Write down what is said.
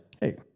Hey